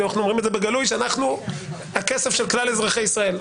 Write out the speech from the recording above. אנחנו אומרים את זה בגלוי שהכסף של כלל אזרחי ישראל.